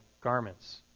garments